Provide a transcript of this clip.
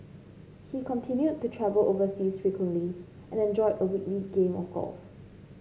he continued to travel overseas frequently and enjoyed a weekly game of golf